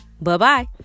Bye-bye